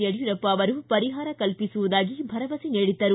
ಯಡಿಯೂರಪ್ಪ ಅವರು ಪರಿಹಾರ ಕಲ್ಪಿಸುವುದಾಗಿ ಭರವಸೆ ನೀಡಿದ್ದರು